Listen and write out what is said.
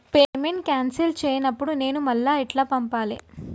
Payment cancel అయినపుడు నేను మళ్ళా ఎట్ల పంపాలే?